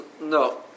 no